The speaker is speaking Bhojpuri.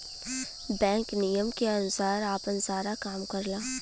बैंक नियम के अनुसार आपन सारा काम करला